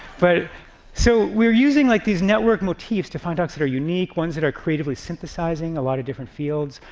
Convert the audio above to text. but so we're using like these network motifs to find talks that are unique, ones that are creatively synthesizing a lot of different fields,